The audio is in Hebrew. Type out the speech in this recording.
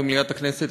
במליאת הכנסת,